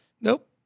Nope